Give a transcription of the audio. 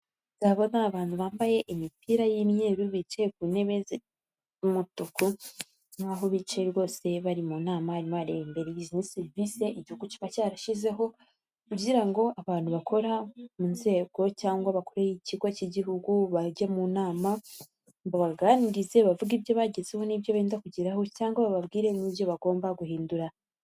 Aba ni abantu bambaye imipira y'imyeru bicaye ku ntebe z'umutuku n'aho bicaye rwose bari mu nama ,barimo barareba imbere .Izi ni serivisi igihugu kiba cyarashyizeho kugira ngo abantu bakora mu nzego cyangwa bakoreye ikigo cy'igihugu bajye mu nama babaganirize bavuge ibyo bagezeho n'ibyo benda kugeraho cyangwa bababwire n'ibyo bagomba guhindura.